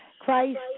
Christ